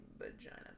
vagina